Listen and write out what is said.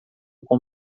com